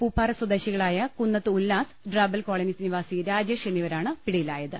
പൂപ്പാറ സ്വദേശികളായ കുന്നത്ത് ഉല്ലാസ് ഡ്രാബൽ കോളനി നി വാസി രാജേഷ് എന്നിവരാണ് പിടിയിലായത്